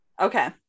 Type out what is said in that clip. okay